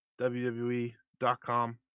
WWE.com